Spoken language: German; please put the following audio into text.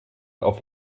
auf